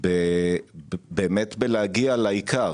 להגיע לעיקר.